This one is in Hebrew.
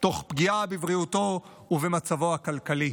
תוך פגיעה בבריאותו ובמצבו הכלכלי.